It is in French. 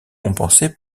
compensé